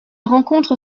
rencontre